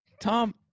Tom